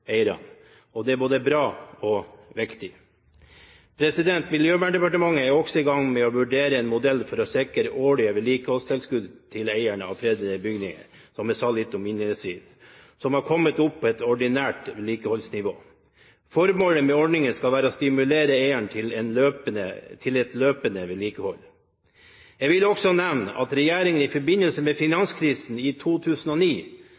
Det er både bra og viktig. Miljøverndepartementet er i gang med å vurdere en modell for å sikre årlige vedlikeholdstilskudd til eierne av fredede bygninger – som jeg sa litt om innledningsvis – som har kommet opp på et ordinært vedlikeholdsnivå. Formålet med ordningen skal være å stimulere eierne til et løpende vedlikehold. Jeg vil også nevne at regjeringen i forbindelse med